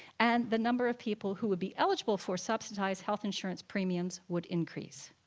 and the number of people who would be eligible for subsidized health insurance premiums would increase.